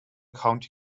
county